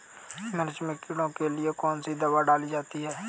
मिर्च में कीड़ों के लिए कौनसी दावा डाली जाती है?